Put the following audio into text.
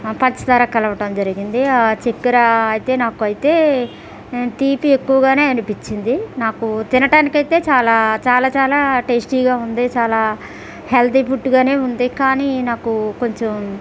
కలవటం జరిగింది ఆ చక్కెర అయితే నాకైతే తీపి ఎక్కువగానే అనిపించింది నాకు తినటానికి అయితే చాలా చాలా చాలా టేస్టీగా ఉంది చాలా హెల్దీ ఫుడ్ గానే ఉంది కానీ నాకు కొంచెం